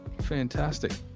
Fantastic